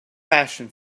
passion